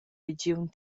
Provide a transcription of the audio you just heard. regiun